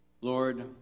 Lord